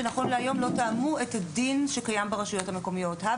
שנכון להיום לא תאמו את הדין שקיים ברשויות המקומיות.